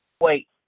Wait